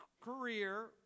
career